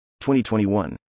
2021